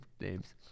names